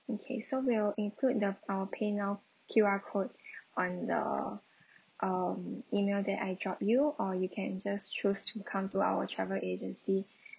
okay so we'll include the our paynow Q_R code on the um email that I drop you or you can just choose to come to our travel agency